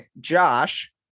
Josh